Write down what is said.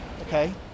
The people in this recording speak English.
okay